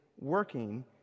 working